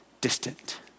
distant